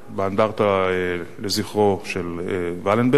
באנדרטה לזכרו של ולנברג,